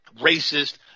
racist